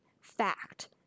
fact